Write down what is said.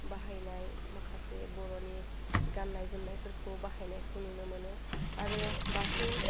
बाहायनाय माखासे बर'नि गान्नाय जोमनायफोरखौ बाहायनायखौ नुनो मोनो आरो बाथौ